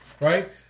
right